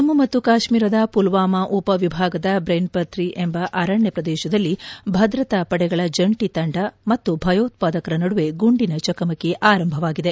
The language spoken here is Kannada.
ಜಮ್ಮು ಮತ್ತು ಕಾಶ್ಮೀರದ ಪುಲ್ವಾಮಾ ಉಪವಿಭಾಗದ ಬ್ರೆನ್ಪತ್ರಿ ಎಂಬ ಅರಣ್ಯ ಪ್ರದೇಶದಲ್ಲಿ ಭದ್ರತಾ ಪಡೆಗಳ ಜಂಟಿ ತಂಡ ಮತ್ತು ಭಯೋತ್ಬಾದಕರ ನಡುವೆ ಗುಂಡಿನ ಚಕಮಕಿ ಆರಂಭವಾಗಿದೆ